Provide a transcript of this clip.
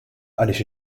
għaliex